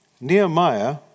Nehemiah